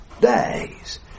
days